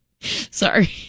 Sorry